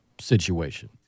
situation